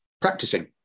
practicing